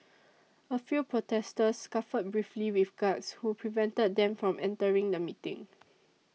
a few protesters scuffled briefly with guards who prevented them from entering the meeting